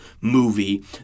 movie